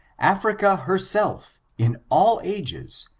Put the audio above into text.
africa herself, in all ages,